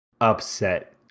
upset